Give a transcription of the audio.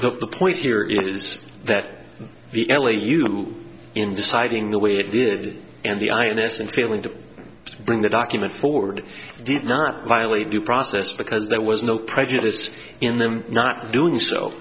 but the point here is that the l a u in deciding the way it did and the ins and failing to bring the document forward did not violate due process because there was no prejudice in them not doing so